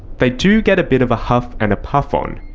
they do get a bit of a huff and a puff on,